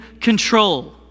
control